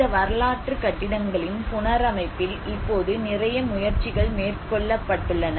இந்த வரலாற்று கட்டிடங்களின் புனரமைப்பில் இப்போது நிறைய முயற்சிகள் மேற்கொள்ளப்பட்டுள்ளன